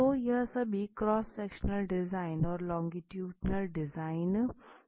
तो यह सभी क्रॉस सेक्शनल डिज़ाइन और लोंगीटुडनल डिज़ाइन है